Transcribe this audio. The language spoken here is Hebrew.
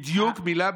בדיוק מילה במילה.